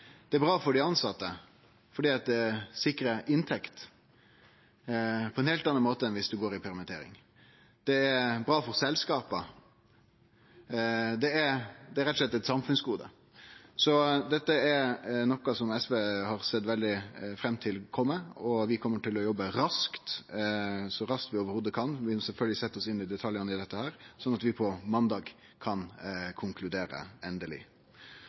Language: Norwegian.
Det er bra for dei tilsette fordi det sikrar inntekter på ein heilt annan måte enn om ein går i permittering. Det er bra for selskapa. Det er rett og slett eit samfunnsgode. Dette er noko som SV har sett veldig fram til at skulle kome, og vi kjem til å jobbe så raskt vi i det heile kan. Vi må sjølvsagt setje oss inn i detaljane i dette, slik at vi kan konkludere endeleg på måndag.